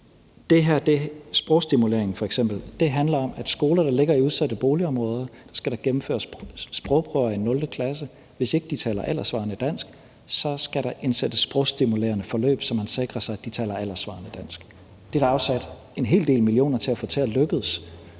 sprogstimuleringen, handler om, at på skoler, der ligger i udsatte boligområder, skal der gennemføres sprogprøver i 0. klasse. Hvis ikke de taler alderssvarende dansk, skal der indsættes sprogstimulerende forløb, så man sikrer sig, at de taler alderssvarende dansk. Det er der afsat en hel del millioner til at få til at lykkes.